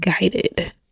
guided